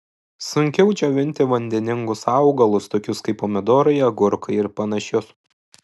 sunkiau džiovinti vandeningus augalus tokius kaip pomidorai agurkai ir panašius